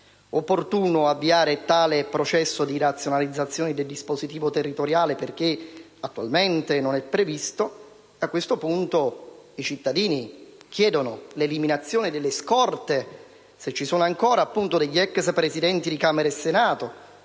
sembra, avviare tale processo di razionalizzazione del dispositivo territoriale, perché attualmente non previsto, a questo punto i cittadini chiedono l'eliminazione delle scorte - se ci sono ancora - degli ex Presidenti di Camera e Senato